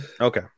Okay